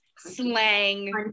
slang